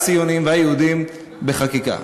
הציוניים והיהודיים בחקיקה.